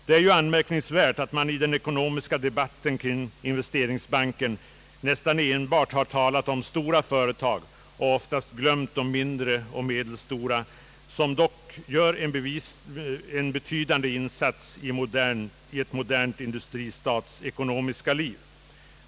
Det är anmärkningsvärt att man i den ekonomiska debatten kring investeringsbanken nästan enbart har talat om stora företag och oftast glömt de mindre och medelstora, som dock gör en betydande insats i en modern industristats ekonomiska liv.